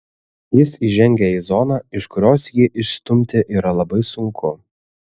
jis įžengia į zoną iš kurios jį išstumti yra labai sunku